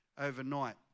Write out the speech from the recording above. overnight